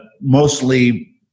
mostly